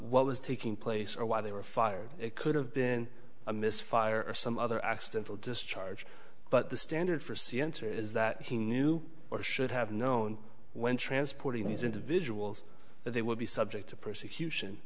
what was taking place or why they were fired it could have been a misfire or some other accidental discharge but the standard for c enter is that he knew or should have known when transporting these individuals that they would be subject to prosecution